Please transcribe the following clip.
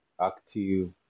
active